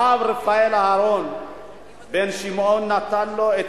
הרב רפאל אהרן בן-שמעון נתן לנו את